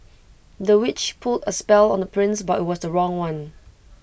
the witch put A spell on the prince but IT was the wrong one